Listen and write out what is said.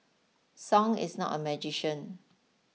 song is not a magician